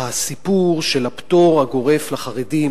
הסיפור של הפטור הגורף לחרדים,